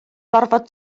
gorfod